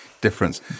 difference